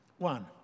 One